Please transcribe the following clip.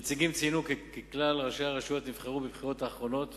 הנציגים ציינו כי כלל ראשי הרשויות נבחרו בבחירות האחרונות